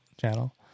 channel